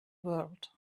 world